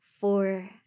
four